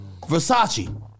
Versace